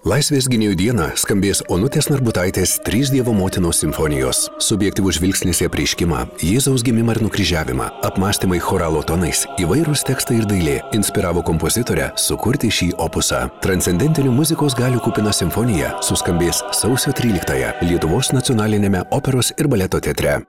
laisvės gynėjų dieną skambės onutės narbutaitės trys dievo motinos simfonijos subjektyvus žvilgsnis į apreiškimą jėzaus gimimą ir nukryžiavimą apmąstymai choralo tonais įvairūs tekstai ir dailė inspiravo kompozitorę sukurti šį opusą transcendentinių muzikos galių kupina simfonija suskambės sausio tryliktąją lietuvos nacionaliniame operos ir baleto teatre